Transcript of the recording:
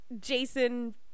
Jason